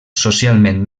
socialment